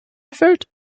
erfüllt